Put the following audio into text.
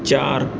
چار